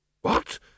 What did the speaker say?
What